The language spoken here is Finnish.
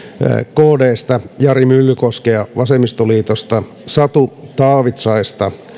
kdsta jari myllykoskea vasemmistoliitosta satu taavitsaista